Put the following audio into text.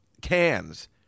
cans